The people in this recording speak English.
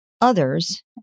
Others